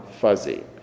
fuzzy